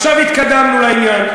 עכשיו התקדמנו לעניין.